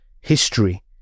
history